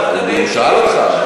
הוא שאל אותך.